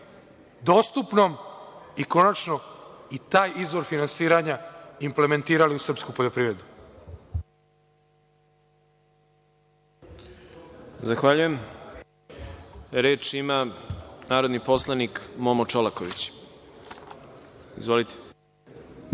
dostupnom i konačno i taj izvor finansiranja implementirali u srpsku poljoprivredu. **Đorđe Milićević** Zahvaljujem. Reč ima narodni poslanik Momo Čolaković. Izvolite.